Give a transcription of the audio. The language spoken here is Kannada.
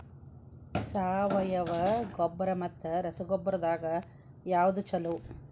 ಸಾವಯವ ಗೊಬ್ಬರ ಮತ್ತ ರಸಗೊಬ್ಬರದಾಗ ಯಾವದು ಛಲೋ?